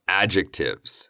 adjectives